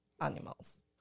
animals